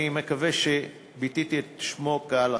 אני מקווה שביטאתי את שמו כהלכה.